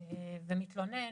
ומתלונן,